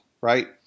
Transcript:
right